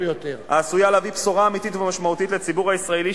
העשויה להביא בשורה אמיתית ומשמעותית לציבור הישראלי,